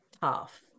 tough